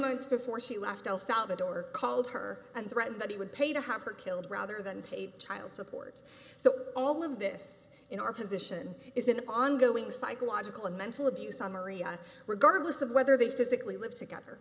month before she left all salvatore called her and threatened but he would pay to have her killed rather than pay child support so all of this in our position is an ongoing psychological and mental abuse on maria regardless of whether they physically live together